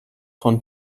von